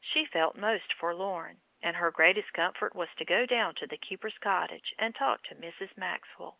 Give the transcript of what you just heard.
she felt most forlorn, and her greatest comfort was to go down to the keeper's cottage and talk to mrs. maxwell.